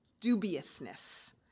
dubiousness